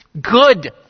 good